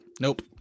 Nope